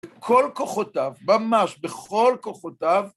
בכל כוחותיו, ממש בכל כוחותיו,